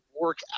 work